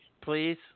Please